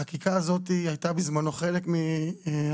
החקיקה הזאת הייתה בזמנו חלק מההסדרים.